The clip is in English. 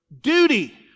duty